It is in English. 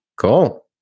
Cool